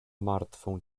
martwą